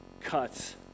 cuts